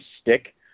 stick